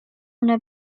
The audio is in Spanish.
una